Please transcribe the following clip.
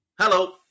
Hello